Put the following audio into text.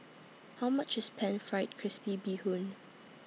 How much IS Pan Fried Crispy Bee Hoon